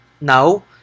now